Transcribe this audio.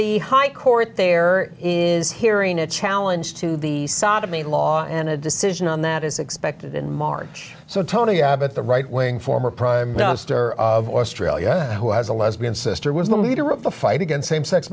the high court there is hearing a challenge to the sodomy law and a decision on that is expected in march so tony abbott the right wing former prime minister of australia who has a lesbian sister was the leader of the fight against same sex